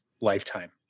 lifetime